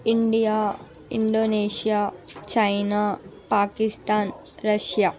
India Indonesia China Pakistan Russia